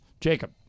Jacob